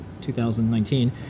2019